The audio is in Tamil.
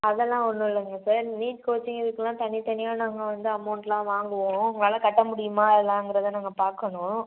அதெல்லாம் ஒன்றும் இல்லைங்க சார் நீட் கோச்சிங் இதுக்கெல்லாம் தனித்தனியாக நாங்கள் வந்து அமௌண்டெலாம் வாங்குவோம் உங்களால் கட்ட முடியுமா இதெல்லாங்கிறதை நாங்கள் பார்க்கணும்